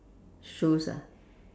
shoes ah